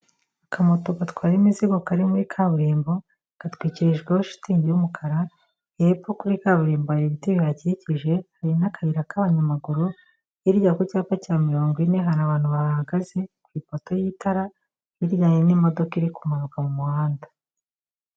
Akamoto gatwara imizigo kari muri kaburimbo, gatwikirijweho shitingi y'umukara. Hepfo kuri kaburimbo hari ibiti bihakikije, hari n'akayira k'abanyamaguru. Hirya ku cyapa cya mirongo ine hari abantu bahagaze ku ipoto y'itara, hirya hari n'imodoka iri kumanuka mu muhanda.